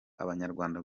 abanyarwanda